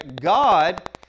God